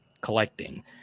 collecting